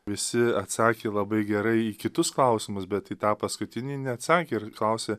visi atsakė labai gerai į kitus klausimus bet į tą paskutinį neatsakė ir klausė